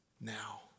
now